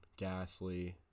Gasly